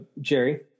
jerry